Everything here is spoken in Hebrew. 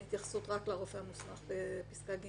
יש התייחסות בפסקה (ג)